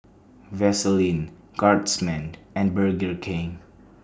Vaseline Guardsman and Burger King